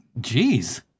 Jeez